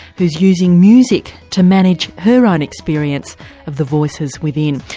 who's using music to manage her own experience of the voices within.